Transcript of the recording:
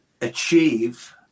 achieve